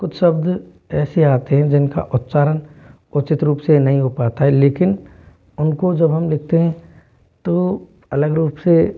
कुछ शब्द ऐसे आते हैं जिन का उच्चारण उचित रूप से नहीं हो पाता है लेकिन उनको जब हम लिखते है तो अलग रूप से